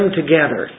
together